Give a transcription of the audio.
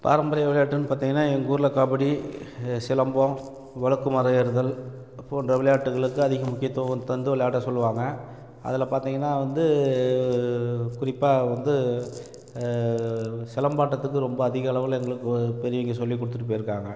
பாரம்பரிய விளையாட்டுன்னு பார்த்திங்கன்னா எங்கள் ஊரில் கபடி சிலம்பம் வழுக்கு மரம் ஏறுதல் போன்ற விளையாட்டுகளுக்கு அதிகம் முக்கியத்துவம் தந்து விளையாட சொல்லுவாங்க அதில் பார்த்திங்கன்னா வந்து குறிப்பாக வந்து சிலம்பாட்டத்துக்கு ரொம்ப அதிகளவில் எங்களுக்கு பெரியவங்க சொல்லி கொடுத்துட்டு போயிருக்காங்க